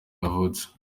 yavutse